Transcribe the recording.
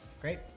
great